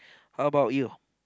how about you